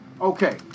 okay